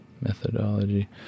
methodology